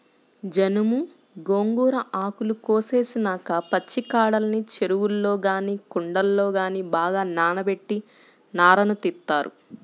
జనుము, గోంగూర ఆకులు కోసేసినాక పచ్చికాడల్ని చెరువుల్లో గానీ కుంటల్లో గానీ బాగా నానబెట్టి నారను తీత్తారు